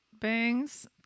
bangs